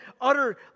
utter